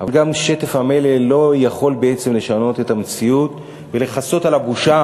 אבל גם שטף המלל לא יכול לשנות את המציאות ולכסות על הבושה,